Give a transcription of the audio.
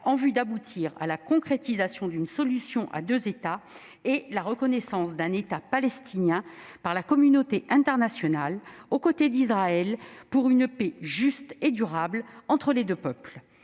en vue d'aboutir à la concrétisation d'une solution à deux États et à la reconnaissance d'un État palestinien par la communauté internationale, aux côtés d'Israël pour une paix juste et durable entre les deux peuples